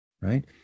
right